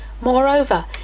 Moreover